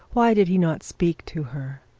why did he not speak to her?